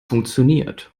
funktioniert